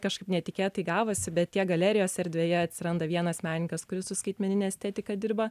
kažkaip netikėtai gavosi bet tiek galerijos erdvėje atsiranda vienas menininkas kuris su skaitmenine estetika dirba